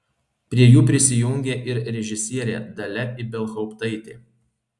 prie jų prisijungė ir režisierė dalia ibelhauptaitė